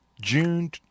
June